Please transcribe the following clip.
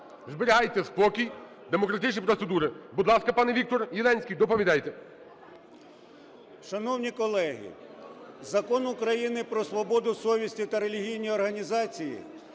Зберігайте спокій, демократичні процедури. Будь ласка, пане Вікторе Єленський, доповідайте. 11:05:05 ЄЛЕНСЬКИЙ В.Є. Шановні колеги, Закон України "Про свободу совісті та релігійні організації"